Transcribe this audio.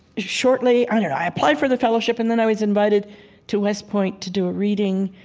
shortly i applied for the fellowship, and then i was invited to west point to do a reading.